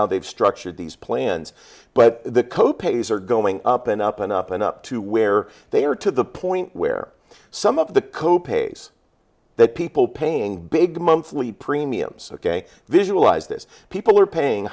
how they've structured these plans but the co pays are going up and up and up and up to where they are to the point where some of the co pays that people paying big monthly premiums ok visualize this people are paying